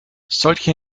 solche